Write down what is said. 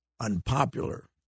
unpopular